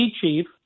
chief